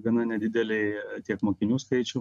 gana nedideliai tiek mokinių skaičium